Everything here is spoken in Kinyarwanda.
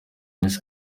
miss